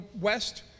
west